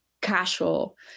casual